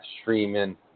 streaming